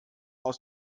aus